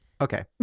okay